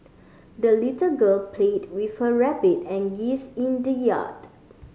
the little girl played with her rabbit and geese in the yard